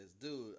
dude